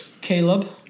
Caleb